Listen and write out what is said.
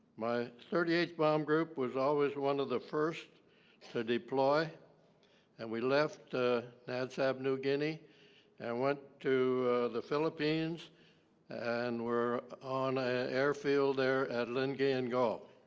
my thirty eighth bomb group was always one of the first to deploy and we left ah nad sab new guinea and went to the philippines and were on an ah airfield there at allen gay and gulf